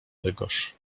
tegoż